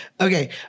Okay